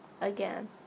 again